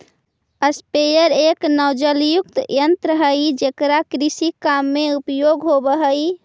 sprayer एक नोजलयुक्त यन्त्र हई जेकरा कृषि काम में उपयोग होवऽ हई